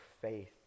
faith